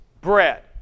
bread